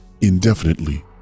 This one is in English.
indefinitely